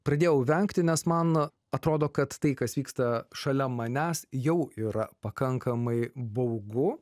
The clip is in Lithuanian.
pradėjau vengti nes man atrodo kad tai kas vyksta šalia manęs jau yra pakankamai baugu